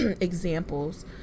examples